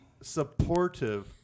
supportive